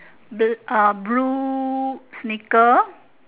bl uh blue sneaker